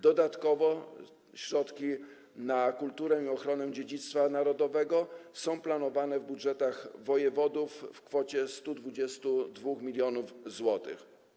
Dodatkowo środki na kulturę i ochronę dziedzictwa narodowego są planowane w budżetach wojewodów w kwocie 122 mln zł.